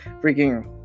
freaking